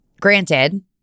Granted